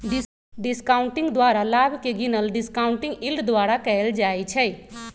discounting द्वारा लाभ के गिनल डिस्काउंटिंग यील्ड द्वारा कएल जाइ छइ